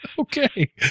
Okay